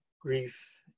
grief